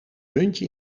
muntje